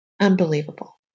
Unbelievable